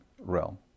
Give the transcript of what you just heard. realm